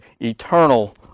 eternal